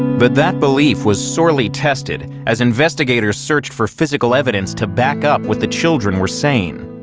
but that belief was sorely tested as investigators searched for physical evidence to back up what the children were saying.